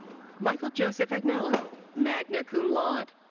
michael joseph agnello, magna cum laude.